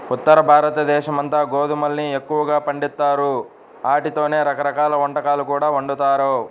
ఉత్తరభారతదేశమంతా గోధుమల్ని ఎక్కువగా పండిత్తారు, ఆటితోనే రకరకాల వంటకాలు కూడా వండుతారు